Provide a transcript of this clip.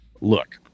Look